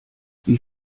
wie